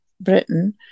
Britain